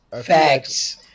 facts